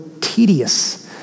tedious